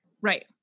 Right